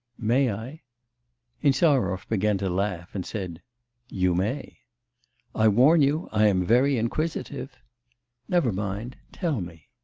may i insarov began to laugh and said you may i warn you i am very inquisitive never mind, tell me